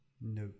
No